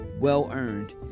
well-earned